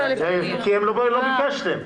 כי לא ביקשתם.